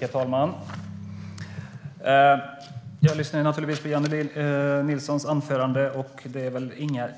Herr talman! Jag lyssnade naturligtvis på Jennie Nilssons anförande. Det är väl inga